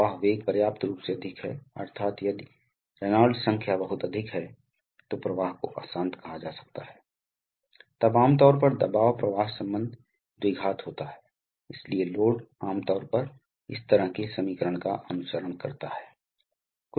यह न्यूमेटिक्स नियंत्रण प्रणाली न्यूमैटिक नियंत्रण तत्व और फिर अंत में एक्चुएटर अंत में एक्चुएटर है इसलिए ये तीन प्रकार के उपकरण हैं जो आमतौर पर न्यूमेटिक्स नियंत्रण में उपयोग किए जाते हैं